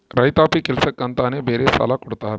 ರೈತಾಪಿ ಕೆಲ್ಸಕ್ಕೆ ಅಂತಾನೆ ಬೇರೆ ಸಾಲ ಕೊಡ್ತಾರ